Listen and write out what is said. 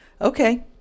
Okay